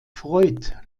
freut